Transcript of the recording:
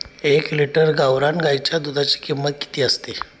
एक लिटर गावरान गाईच्या दुधाची किंमत किती असते?